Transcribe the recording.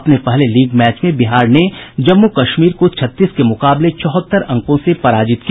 अपने पहले league match में बिहार ने जम्मू कश्मीर को छत्तीस के मुकाबले चौहत्तर अंक से पराजित किया